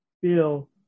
feel